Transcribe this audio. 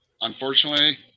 unfortunately